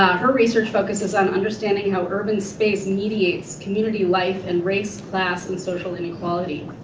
her research focuses on understanding how urban space mediates community life and race, class, and social inequality.